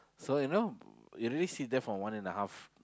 so you know you really sit there for one and a half